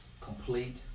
complete